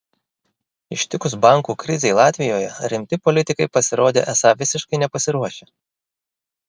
ištikus bankų krizei latvijoje rimti politikai pasirodė esą visiškai nepasiruošę